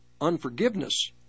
unforgiveness